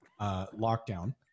lockdown